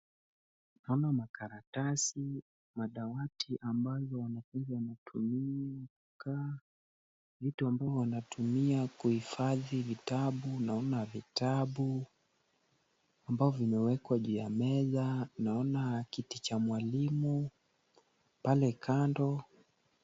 Naona makaratasi, madawati ambayo wanfunzi wanatumika. Vitu ambavyo wanatumia kuhifadhi vitabu Kuna vitabu ambavyo vimewekwa juu ya meza. Naona kiti cha mwalimu pale kando.